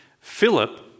Philip